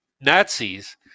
Nazis